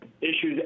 issues